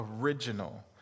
original